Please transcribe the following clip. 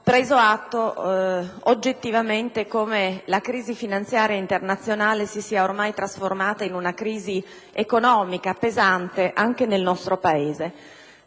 preso atto oggettivamente di come la crisi finanziaria internazionale si sia ormai trasformata in una crisi economica pesante anche nel nostro Paese.